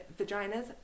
vaginas